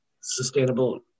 sustainable